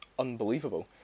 Unbelievable